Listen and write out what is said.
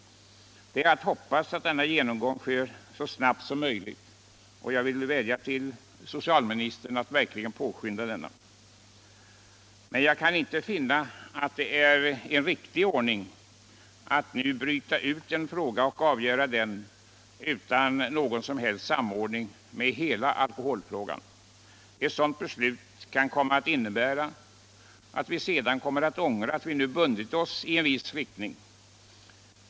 Det är att hoppas att denna genomgång sker så snabbt som möjligt, och jag vill vädja till socialministern att verkligen påskynda ärendet. Jag kan dock inte finna att det är en riktig ordning att nu bryta ut en fråga och avgöra den utan någon som helst samordning med hela alkoholfrågan. Ett sådant beslut kan komma att innebära att vi sedan ångrar att vi bundit oss i en viss riktning.